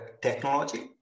technology